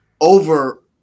over